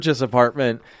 apartment